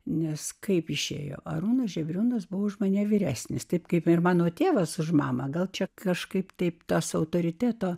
nes kaip išėjo arūnas žebriūnas buvo už mane vyresnis taip kaip ir mano tėvas už mamą gal čia kažkaip taip tas autoriteto